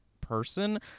person